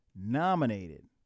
nominated